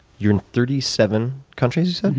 you're in thirty seven countries, and